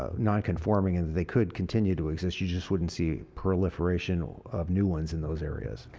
ah nonconforming and they could continue to exist. you just wouldn't see proliferation of new ones in those areas.